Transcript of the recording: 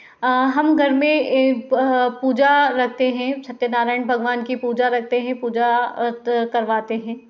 हम घर में पूजा रखते हैं सत्यनारायण भगवान की पूजा रखते हैं पूजा करवाते हैं